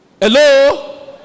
hello